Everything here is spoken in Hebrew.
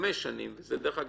חמש שנים דרך אגב,